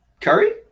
Curry